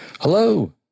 Hello